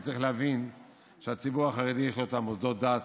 הוא צריך להבין שלציבור החרדי יש את מוסדות הדת,